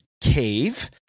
cave